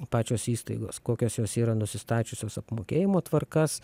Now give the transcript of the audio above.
pačios įstaigos kokios jos yra nusistačiusios apmokėjimo tvarkas